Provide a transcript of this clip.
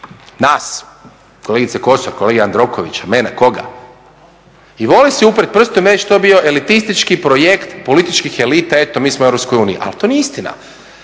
Nas, kolegice Kosor, kolege Jandrokovića, mene, koga? I voli se uprijeti prstom i reći to je bio elitistički projekt političkih elita, eto mi smo u EU. Ali to nije istina.